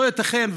לא ייתכן,